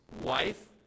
wife